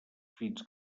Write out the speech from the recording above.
fins